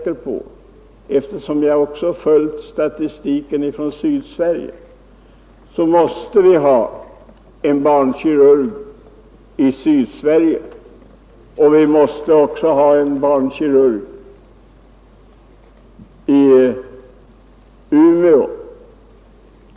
Eftersom jag också följt statistiken ifrån Sydsverige är jag alldeles säker på att vi också måste ha en professur i barnkirurgi i Sydsverige. Vi måste nog också ha en i Umeå.